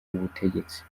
ubutegetsi